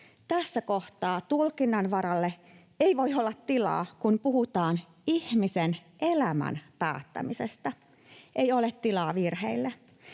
Tässä kohtaa tulkinnanvaralle ei voi olla tilaa, kun puhutaan ihmisen elämän päättämisestä. Ei ole tilaa virheille.